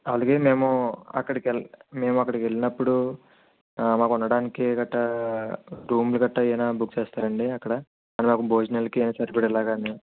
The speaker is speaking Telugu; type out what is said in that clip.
అలాగే మేము అక్కడికి వెల్ మేము అక్కడికి వెళ్ళినప్పుడు మాకు ఉండడానికి గట్రా రూమ్లు గట్రా ఏమైనా బుక్ చేస్తారాండి అక్కడ మాకు భోజనాలకి సరిపడేలాగా అన్నీ